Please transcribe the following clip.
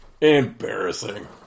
Embarrassing